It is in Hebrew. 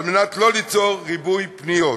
כדי לא ליצור ריבוי פניות.